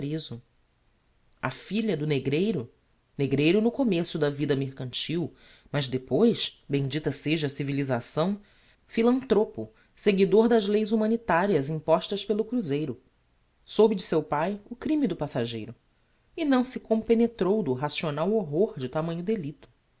desprezo a filha do negreiro negreiro no começo da vida mercantil mas depois bemdita seja a civilisação philanthropo seguidor das leis humanitarias impostas pelo cruzeiro soube de seu pai o crime do passageiro e não se compenetrou do racional horror de tamanho delicto